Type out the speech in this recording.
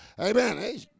amen